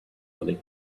money